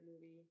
movie